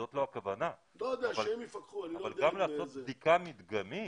זאת לא הכוונה, אבל לעשות בדיקה מדגמית.